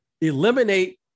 Eliminate